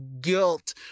guilt